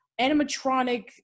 animatronic